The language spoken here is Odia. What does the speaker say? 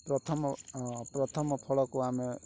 ପ୍ରଥମ ପ୍ରଥମ ଫଳକୁ ଆମେ